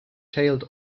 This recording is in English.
tailed